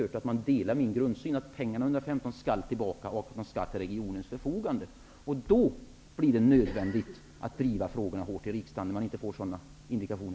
Det har alltså inte framkommit att grundsynen är densamma och att de 115 miljonerna skall återbetalas och ställas till Uddevallaregionens förfogande. När det inte kommer några sådana indikationer blir det nödvändigt att hårt driva frågan i riksdagen.